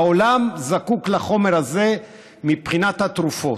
העולם זקוק לחומר הזה מבחינת התרופות.